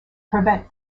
prevent